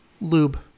Lube